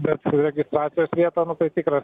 bet su registracijos vieta nu tai tikras